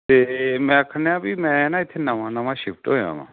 ਅਤੇ ਮੈਂ ਆਖਣ ਡਿਆ ਵੀ ਮੈਂ ਨਾ ਇੱਥੇ ਨਵਾਂ ਨਵਾਂ ਸ਼ਿਫਟ ਹੋਇਆ ਵਾਂ